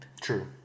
True